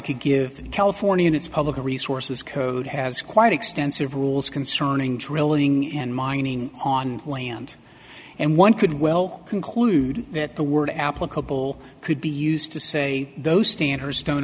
could give california in its public resources code has quite extensive rules concerning drilling and mining on land and one could well conclude that the word applicable could be used to say those standards don't